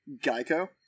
Geico